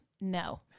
no